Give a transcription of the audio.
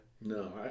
No